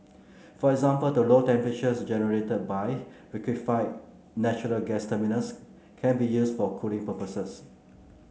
for example the low temperatures generated by liquefied natural gas terminals can be used for cooling purposes